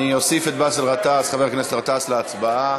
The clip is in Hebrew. אני אוסיף את חבר הכנסת גטאס להצבעה.